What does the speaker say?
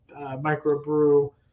microbrew